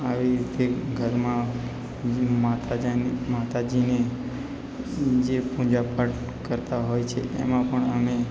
આવી રીતે ઘરમાં માતાજીને જે પૂજા પાઠ કરતાં હોય છે એમાં પણ અમે